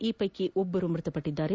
ಈ ಪೈಕಿ ಒಬ್ಬರು ಮೃತಪಟ್ಟಿದ್ದಾರೆ